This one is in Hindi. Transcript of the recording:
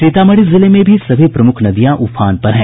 सीतामढ़ी जिले में भी सभी प्रमुख नदियां उफान पर हैं